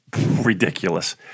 ridiculous